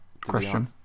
question